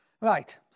Right